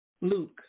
Luke